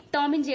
Tomin J